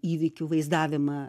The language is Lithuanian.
įvykių vaizdavimą